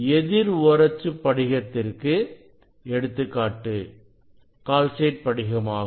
எதிர் ஓரச்சு படிகத்திற்கு எடுத்துக்காட்டு கால்சைட் படிகமாகும்